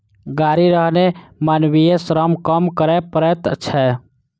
गाड़ी रहने मानवीय श्रम कम करय पड़ैत छै